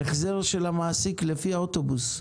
ההחזר של המעסיק הוא לפי האוטובוס,